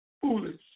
foolish